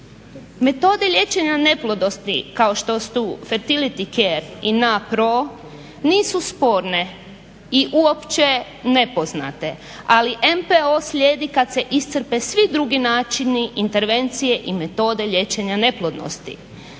Metode liječenja neplodnosti kao što su fertility care i … nisu sporne i uopće nepoznate, ali MPO slijedi kad se iscrpe svi drugi načini intervencije i metode liječenja neplodnosti.